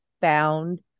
found